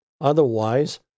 Otherwise